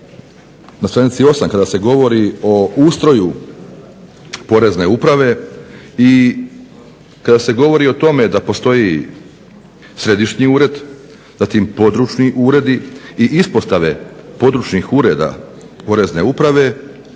Na str. 8 kada se govori o ustroju Porezne uprave i kada se govori o tome da postoji središnji ured, zatim područni uredi i ispostave poreznih ureda Porezne uprave,